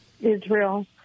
Israel